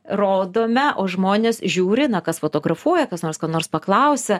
rodome o žmonės žiūri na kas fotografuoja kas nors ko nors paklausia